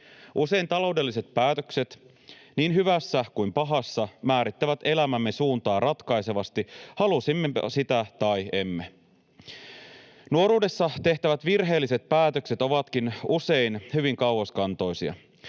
Usein taloudelliset päätökset niin hyvässä kuin pahassa määrittävät elämämme suuntaa ratkaisevasti, halusimme sitä tai emme. Nuoruudessa tehtävät virheelliset päätökset ovatkin usein hyvin kauaskantoisia.